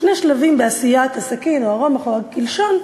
שני שלבים בעשיית הסכין או הרומח או הקלשון.